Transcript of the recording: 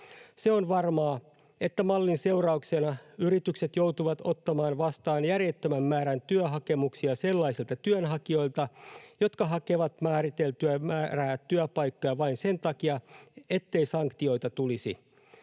Se on varmaa, että mallin seurauksena yritykset joutuvat ottamaan vastaan järjettömän määrän työhakemuksia sellaisilta työnhakijoilta, jotka hakevat määriteltyä määrää työpaikkoja vain sen takia, ettei sanktioita tulisi.